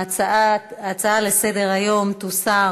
ההצעה לסדר-היום תוסר